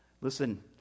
Listen